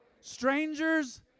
strangers